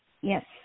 Yes